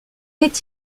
est